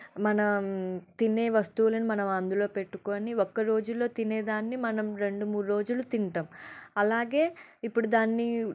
మనం తినే వస్తువులను మనం అందులో పెట్టుకోని ఒక్కరోజులో తినేదాన్ని మనం రెండు మూడు రోజులు తింటాం అలాగే ఇప్పుడు దాన్ని